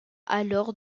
alors